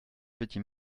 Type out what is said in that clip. petit